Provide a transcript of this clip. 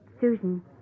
Susan